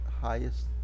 highest